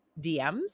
DMs